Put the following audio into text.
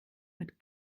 mit